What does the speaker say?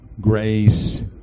grace